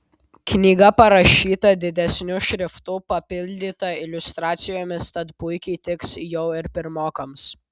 knyga parašyta didesniu šriftu papildyta iliustracijomis tad puikiai tiks jau ir pirmokams